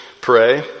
pray